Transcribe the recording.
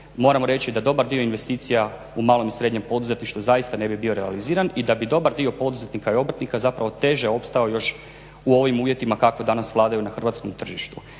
moramo reći da dobar dio investicija u malom i srednjem poduzetništvu zaista ne bi bio realiziran i da bi dobar dio poduzetnika i obrtnika zapravo teže opstao još u ovim uvjetima kakvi danas vladaju na hrvatskom tržištu.